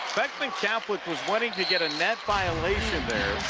beckman catholic was wanting to get a net violation there